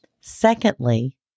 Secondly